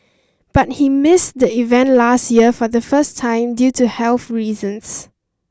but he missed the event last year for the first time due to health reasons